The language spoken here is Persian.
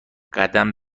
قدم